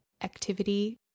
activity